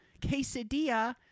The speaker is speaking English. quesadilla